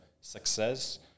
success